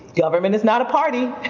government is not a party,